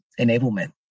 enablement